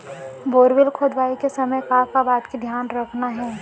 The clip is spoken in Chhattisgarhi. बोरवेल खोदवाए के समय का का बात के धियान रखना हे?